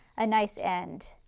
a nice end.